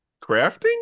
crafting